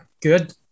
Good